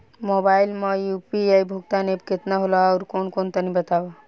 Mobile म UPI भुगतान app केतना होला आउरकौन कौन तनि बतावा?